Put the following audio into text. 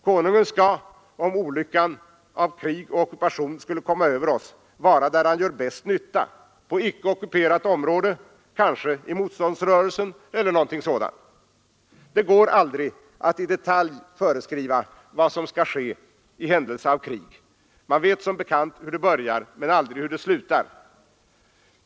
Konungen skall, om olyckan av krig och ockupation kommer över oss, vara där han gör bäst nytta, på icke ockuperat område, kanske i motståndsrörelsen eller något sådant. Det går aldrig att i detalj föreskriva vad som skall ske i händelse av krig. Man vet som bekant hur det börjar men aldrig hur det slutar.